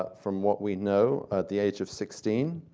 ah from what we know, at the age of sixteen.